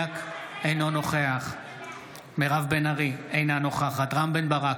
אינו נוכח מירב בן ארי, אינה נוכחת רם בן ברק,